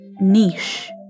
Niche